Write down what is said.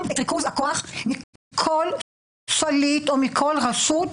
את ריכוז הכוח מכל שליט או מכל רשות,